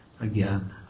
again